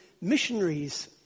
missionaries